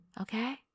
Okay